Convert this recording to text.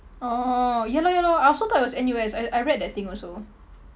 oh ya lor ya lor I also thought it was N_U_S I I read that thing also